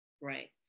Right